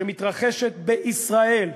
שמתרחשת בישראל,